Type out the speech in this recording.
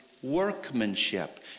workmanship